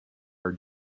are